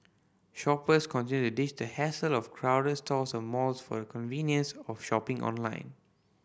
shoppers continue to ditch the hassle of crowded stores and malls for the convenience of shopping online